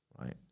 right